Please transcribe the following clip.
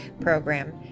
Program